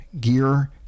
gear